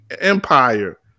Empire